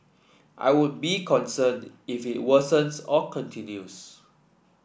I would be concerned if it worsens or continues